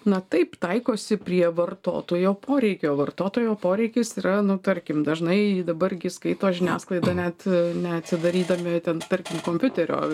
na taip taikosi prie vartotojo poreikio o vartotojo poreikis yra nu tarkim dažnai dabar gi skaito žiniasklaidą net neatsidarydami ten tarkim kompiuterio